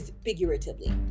figuratively